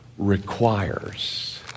requires